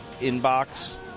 inbox